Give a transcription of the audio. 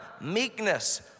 meekness